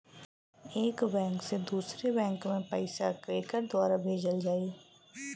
एक बैंक से दूसरे बैंक मे पैसा केकरे द्वारा भेजल जाई?